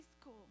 school